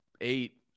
eight